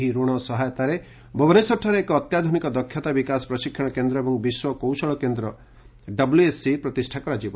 ଏହି ଋଣ ସହାୟତାରେ ଭୁବନେଶ୍ୱରଠାରେ ଏକ ଅତ୍ୟାଧୁନିକ ଦକ୍ଷତା ବିକାଶ ପ୍ରଶିକ୍ଷଣ କେନ୍ଦ ଏବଂ ବିଶ୍ୱ କୌଶଳ କେନ୍ଦଡବ୍ଲଏସସି ପ୍ରତିଷ୍ଠା କରାଯିବ